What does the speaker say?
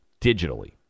digitally